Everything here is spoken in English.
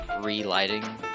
relighting